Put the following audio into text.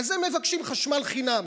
אז הם מבקשים חשמל חינם.